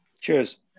Cheers